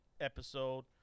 episode